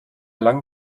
lang